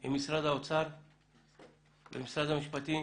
עם משרד האוצר ומשרד המשפטים